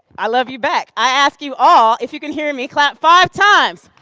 i love you back. i ask you all, if you can hear me clap five times.